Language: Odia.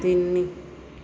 ତିନି